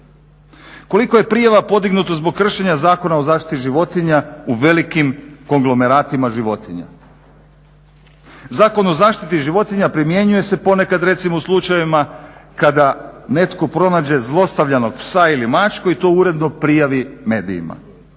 Koliko je prijava podignuto zbog kršenja Zakona o zaštiti životinja u velikim konglomeratima životinja? Zakon o zaštiti životinja primjenjuje se ponekad recimo u slučajevima kada netko pronađe zlostavljanog psa ili mačku i to uredno prijavi medijima